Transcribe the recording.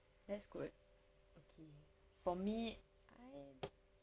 that's good okay for me I